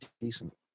decent